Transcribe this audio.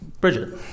Bridget